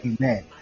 Amen